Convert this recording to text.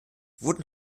werden